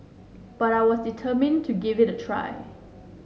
but I was determined to give it a try